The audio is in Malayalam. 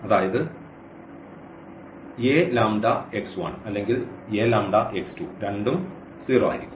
അതായത് Aλx1 അല്ലെങ്കിൽ Aλx2 രണ്ടും 0 ആയിരിക്കും